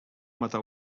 mata